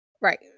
Right